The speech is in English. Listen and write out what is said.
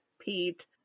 Pete